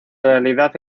realidad